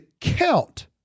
count